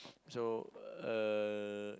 so uh